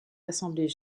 assemblées